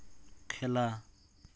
খেলা